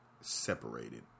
separated